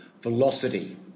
velocity